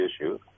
issue